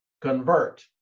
convert